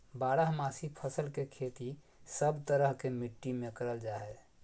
बारहमासी फसल के खेती सब तरह के मिट्टी मे करल जा हय